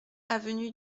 avenue